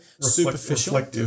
superficial